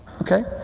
Okay